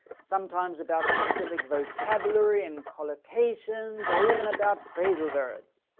sometimes about specific vocabulary and collocations or even about phrasal verbs.